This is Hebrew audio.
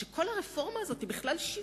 היא שכל הרפורמה הזאת היא בכלל שוויונית.